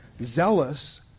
zealous